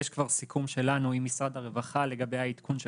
יש כבר סיכום שלנו עם משרד הרווחה לגבי העדכון של